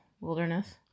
wilderness